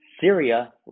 Syria